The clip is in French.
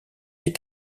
est